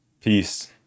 Peace